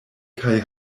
kaj